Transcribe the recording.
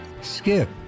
Skip